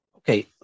Okay